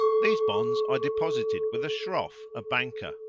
these bonds i deposited with a shroff a banker,